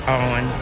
on